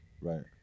Right